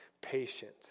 patient